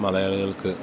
മലയാളികൾക്ക്